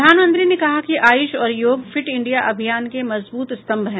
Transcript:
प्रधानमंत्री ने कहा है कि आयुष और योग फिट इंडिया अभियान के मजबूत स्तम्भ हैं